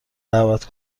دعوت